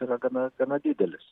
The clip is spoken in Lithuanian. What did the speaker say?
yra gana gana didelis